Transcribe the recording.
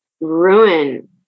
ruin